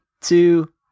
two